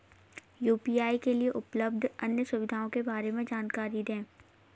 UPI के लिए उपलब्ध अन्य सुविधाओं के बारे में जानकारी दें?